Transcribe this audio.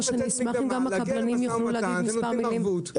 להגיע למשא ומתן שנותנים ערבות,